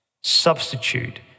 substitute